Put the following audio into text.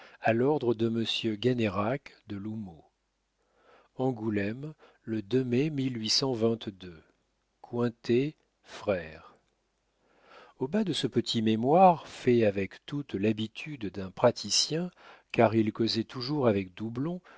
à l'ordre de monsieur gannerac de l'houmeau angoulême le deux mai mil huit cent vingt-deux cointet frères au bas de ce petit mémoire fait avec toute l'habitude d'un praticien car il causait toujours avec doublon